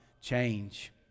change